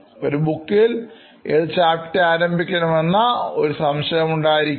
ഒരു ബുക്കിൽ ഏതു ചാപ്റ്റർ ആരംഭിക്കണമെന്ന ഒരു സംശയം ഉണ്ടായിരിക്കാം